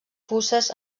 puces